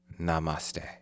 Namaste